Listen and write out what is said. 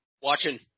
watching